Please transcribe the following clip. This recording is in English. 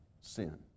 sin